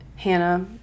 Hannah